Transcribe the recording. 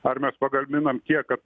ar mes pagarminam tiek kad